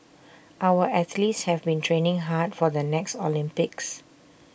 our athletes have been training hard for the next Olympics